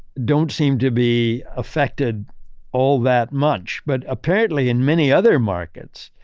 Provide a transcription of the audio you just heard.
don't seem to be effected all that much. but apparently, in many other markets,